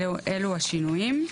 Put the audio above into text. אלו השינויים.